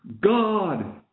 God